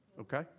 okay